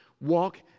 Walk